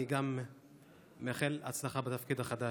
אני גם מאחל הצלחה בתפקיד החדש.